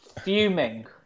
fuming